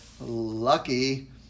lucky